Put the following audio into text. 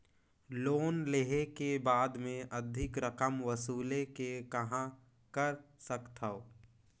Loan लेहे के बाद मे अधिक रकम वसूले के कहां कर सकथव?